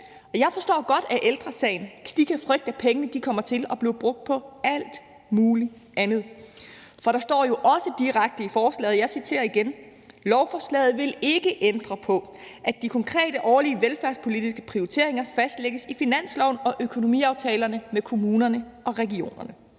jeg forstår godt, at Ældre Sagen kan frygte, at pengene kommer til at blive brugt på alt muligt andet. For der står jo også direkte i forslaget – og jeg citerer igen: »Lovforslaget vil ikke ændre på, at de konkrete årlige velfærdsprioriteringer fastlægges i finansloven og i økonomiaftalerne med kommuner og regioner.«